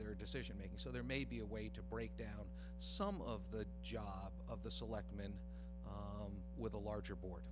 their decision making so there may be a way to break down some of the job of the selectmen with a larger board